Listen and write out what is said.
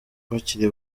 bakiri